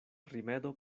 rimedo